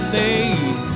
made